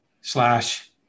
slash